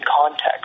context